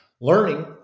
Learning